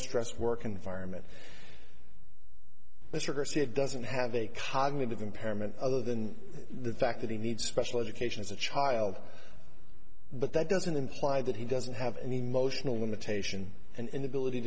stress work environment let's reverse it doesn't have a cognitive impairment other than the fact that he needs special education as a child but that doesn't imply that he doesn't have an emotional limitation and inability